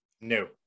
No